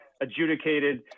adjudicated